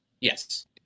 Yes